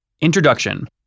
Introduction